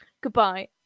Goodbye